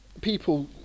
people